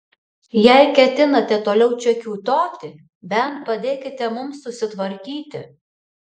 jei ketinate toliau čia kiūtoti bent padėkite mums susitvarkyti